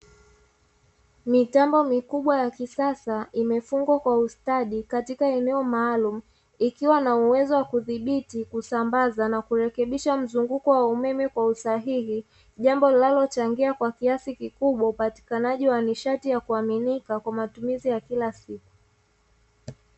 Mitambo mikubwa ya kisasa imefungwa kwa ustadi katika eneo maalumu, ikiwa na uwezo wa kudhibiti kusambaza na kurekebisha mzunguko wa umeme kwa usahihi, jambo linalochangia kwa kiasi kikubwa upatikanaji wa nishati ya kuaminika kwa matumizi ya kila siku.